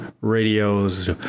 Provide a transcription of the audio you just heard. radios